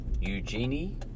Eugenie